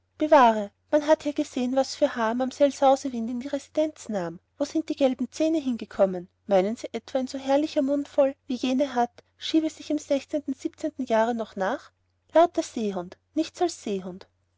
man hat ja gesehen was für haar mamsell sausewind in die residenz nahm wo sind die gelben zähne hingekommen meinen sie etwa ein so herrlicher mund voll wie jene hat schiebe sich im sechzehnten siebzehnten jahre noch nach lauter seehund nichts als seehund